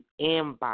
inbox